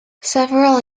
several